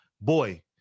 boy